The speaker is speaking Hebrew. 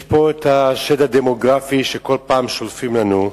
יש פה את השד הדמוגרפי שכל פעם שולפים לנו,